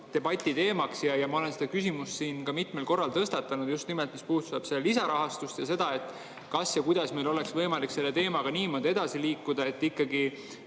debatiteemaks. Ja ma olen seda küsimust siin mitmel korral tõstatanud, just nimelt, mis puudutab lisarahastust ja seda, kas ja kuidas oleks võimalik selle teemaga niimoodi edasi liikuda, et väga